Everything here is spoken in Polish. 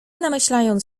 namyślając